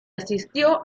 asistió